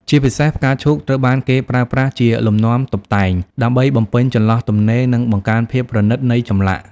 ជាពិសេស ផ្កាឈូកត្រូវបានគេប្រើប្រាស់ជា លំនាំតុបតែង ដើម្បីបំពេញចន្លោះទំនេរ និងបង្កើនភាពប្រណីតនៃចម្លាក់។